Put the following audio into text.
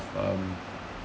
um